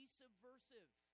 subversive